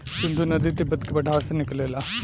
सिन्धु नदी तिब्बत के पठार से निकलेला